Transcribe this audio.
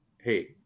Hey